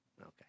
Okay